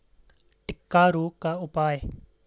टिक्का रोग का उपाय?